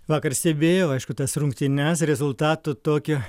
vakar stebėjau aišku tas rungtynes rezultato tokio